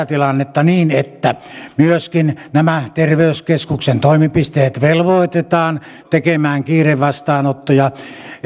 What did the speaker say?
tilannetta niin että myöskin nämä terveyskeskuksen toimipisteet velvoitetaan tekemään kiirevastaanottoja